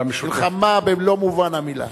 מלחמה במלוא מובן המלה.